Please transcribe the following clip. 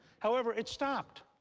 however, it stopped.